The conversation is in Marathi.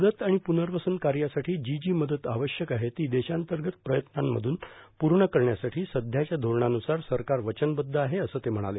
मदत आणि पुनर्वसन कार्यासाठी जी जी मदत आवश्यक आहे ती देशांतर्गत प्रयत्नांमधून पूर्ण करण्यासाठी सध्याच्या धोरणान्रसार सरकार वचनबद्ध आहे असं ते म्हणाले